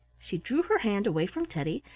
she drew her hand away from teddy,